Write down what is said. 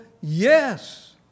Yes